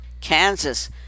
Kansas